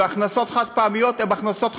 הכנסות חד-פעמיות הן הכנסות חד-פעמיות,